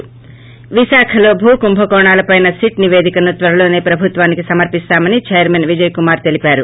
ి విశాఖలో భూ కుంభకోణాలపైన సిట్ నివేదికను త్వరలోనే ప్రభుత్వానికి సమర్పిస్తామని చైర్మన్ విజయ్ కుమార్ తెలిపారు